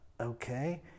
okay